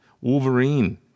Wolverine